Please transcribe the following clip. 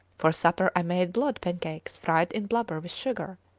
for supper i made blood-pancakes fried in blubber with sugar,